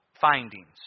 findings